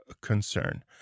concern